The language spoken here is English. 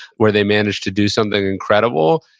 where they managed to do something incredible.